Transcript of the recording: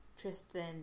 tristan